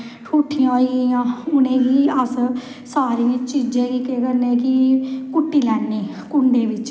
फिर ओह्दे बाद साढ़ा आई जंदा शिवरात्री शिवरात्री गी साढ़ै